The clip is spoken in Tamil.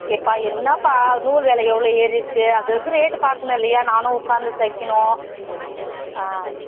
எப்பா என்னாப்பா நூல் வில எவ்வளோ ஏறி இருக்கு அது அது ரேட் பார்க்கணும் இல்லையா நானும் உட்காந்து தைக்கணும் ஆ